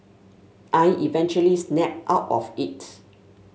I eventually snapped out of it